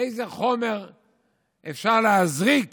איזה חומר אפשר להזריק